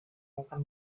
makan